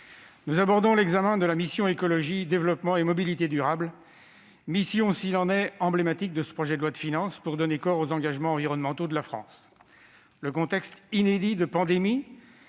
nous abordons l'examen de la mission « Écologie, développement et mobilité durables », mission emblématique s'il en est là où il s'agit de donner corps aux engagements environnementaux de la France. Le contexte inédit de pandémie,